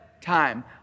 time